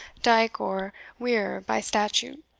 dike, or weir, by statute,